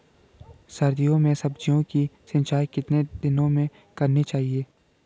सर्दियों में सब्जियों की सिंचाई कितने दिनों में करनी चाहिए?